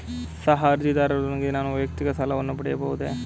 ಸಹ ಅರ್ಜಿದಾರರೊಂದಿಗೆ ನಾನು ವೈಯಕ್ತಿಕ ಸಾಲವನ್ನು ಪಡೆಯಬಹುದೇ?